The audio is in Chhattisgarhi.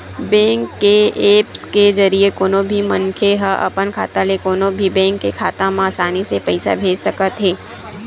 बेंक के ऐप्स के जरिए कोनो भी मनखे ह अपन खाता ले कोनो भी बेंक के खाता म असानी ले पइसा भेज सकत हे